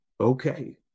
okay